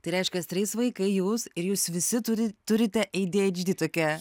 tai reiškias trys vaikai jūs ir jūs visi turi turite ei dy eidž dy tokią